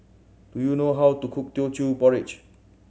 do you know how to cook Teochew Porridge